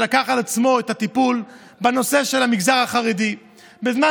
שלקח על עצמו את הטיפול בנושא המגזר החרדי בזמן